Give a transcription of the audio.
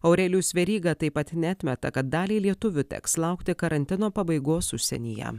aurelijus veryga taip pat neatmeta kad daliai lietuvių teks laukti karantino pabaigos užsienyje